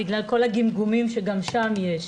בגלל כל הגמגומים שגם שם יש.